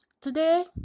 Today